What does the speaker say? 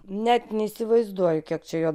net neįsivaizduoju kiek čia jo